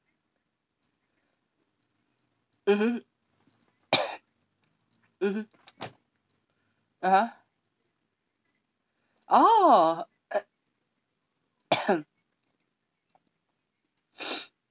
mmhmm mmhmm (uh huh) oh